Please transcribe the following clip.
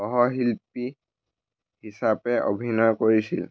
সহশিল্পী হিচাপে অভিনয় কৰিছিল